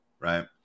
Right